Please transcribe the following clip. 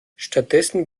stattdessen